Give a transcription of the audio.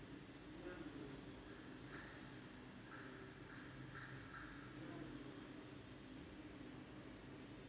correct